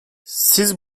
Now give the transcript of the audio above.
siz